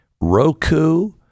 Roku